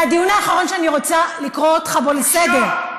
זה הדיון האחרון שאני רוצה לקרוא אותך בו לסדר,